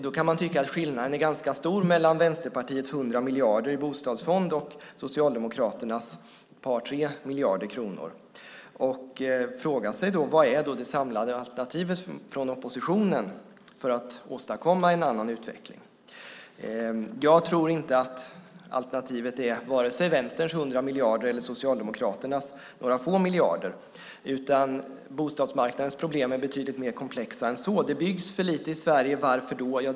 Då kan man tycka att skillnaden är ganska stor mellan Vänsterpartiets 100 miljarder i bostadsfond och Socialdemokraternas par tre miljarder kronor och fråga sig vad det samlade alternativet från oppositionen är för att åstadkomma en annan utveckling. Jag tror inte att alternativet är vare sig Vänsterns 100 miljarder eller Socialdemokraternas några få miljarder, utan bostadsmarknadens problem är betydligt mer komplexa än så. Det byggs för lite i Sverige. Varför då?